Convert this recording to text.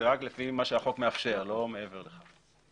זה רק לפי מה שהחוק מאפשר ולא מעבר לכך.